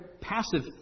passive